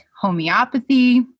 homeopathy